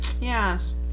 Yes